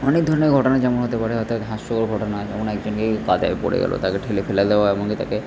অনেক ধরনের ঘটনা যেমন হতে পারে অর্থাৎ হাস্যকর ঘটনা যেমন একজনকে কাদায় পড়ে গেলো তাকে ঠেলে ফেলে দেওয়া এমন কি তাকে